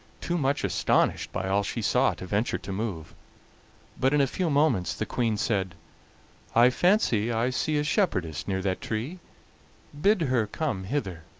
too much astonished by all she saw to venture to move but in a few moments the queen said i fancy i see a shepherdess near that tree bid her come hither.